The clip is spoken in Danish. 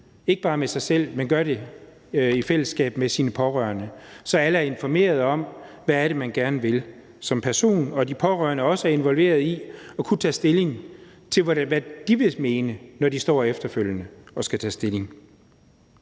ikke bare med sig selv, men i fællesskab med sine pårørende, så alle er informeret om, hvad man gerne vil som person, og så de pårørende også har været involveret i at tage stilling til, hvad de vil mene, når de efterfølgende står der og skal tage stilling.